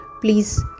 please